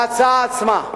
להצעה עצמה.